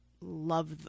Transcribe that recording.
love